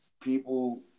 People